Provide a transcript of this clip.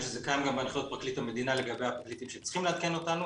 זה קיים גם בהנחיות פרקליט המדינה לגבי הפרקליטים שצריכים לעדכן אותנו